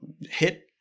hit